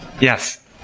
Yes